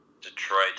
Detroit